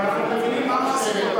אבל זה פרלמנטרי.